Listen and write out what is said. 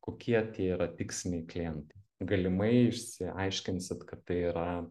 kokie tie yra tiksliniai klientai galimai išsiaiškinsit kad tai yra